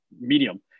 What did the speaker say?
medium